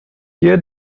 hier